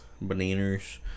Bananas